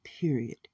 period